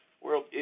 world